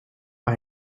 war